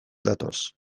datoz